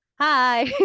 Hi